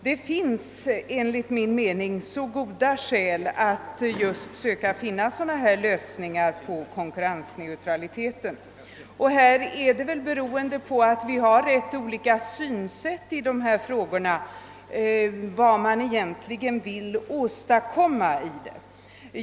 Det finns enligt min mening goda skäl att söka finna sådana lösningar i fråga om konkurrensneutraliteten. Man har rätt olika synsätt på dessa frågor och på vad man egentligen vill åstadkomma.